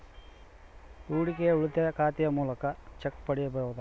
ಹೂಡಿಕೆಯ ಉಳಿತಾಯ ಖಾತೆಯ ಮೂಲಕ ಚೆಕ್ ಪಡೆಯಬಹುದಾ?